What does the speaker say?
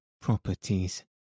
properties